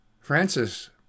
Francis